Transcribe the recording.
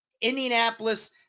Indianapolis